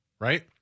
right